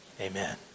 amen